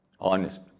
Honest